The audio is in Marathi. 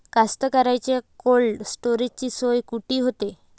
कास्तकाराइच्या कोल्ड स्टोरेजची सोय कुटी होते?